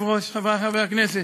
1. אדוני היושב-ראש, חברי חברי הכנסת,